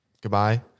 Goodbye